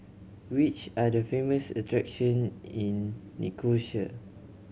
which are the famous attraction in Nicosia